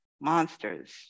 monsters